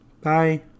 Bye